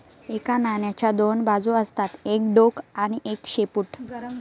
एका नाण्याच्या दोन बाजू असतात एक डोक आणि एक शेपूट